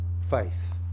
faith